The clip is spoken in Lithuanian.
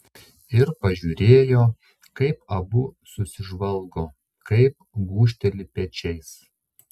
ir pažiūrėjo kaip abu susižvalgo kaip gūžteli pečiais